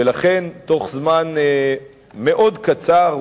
ולכן תוך זמן מאוד קצר,